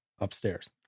upstairs